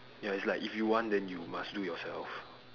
ya it's like if you want then you must do yourself